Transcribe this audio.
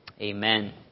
Amen